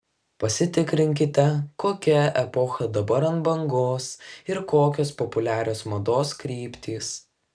pasitikrinkite kokia epocha dabar ant bangos ir kokios populiarios mados kryptys